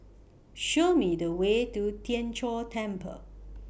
Show Me The Way to Tien Chor Temple